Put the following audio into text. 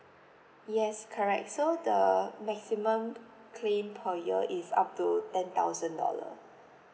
yes correct so the maximum p~ claim per year is up to ten thousand dollar